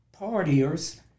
partiers